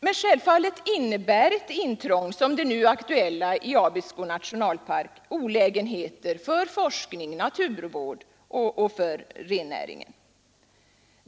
Men självfallet innebär ett intrång som det nu aktuella i Abisko nationalpark olägenheter för forskningen och naturvården liksom för rennäringen.